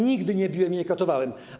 Nigdy nie biłem i nie katowałem.